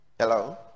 Hello